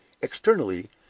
externally,